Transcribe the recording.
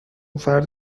فرد